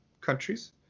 countries